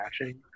matching